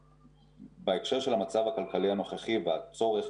בהקשר של המצב הכלכלי הנוכחי והצורך